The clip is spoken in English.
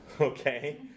okay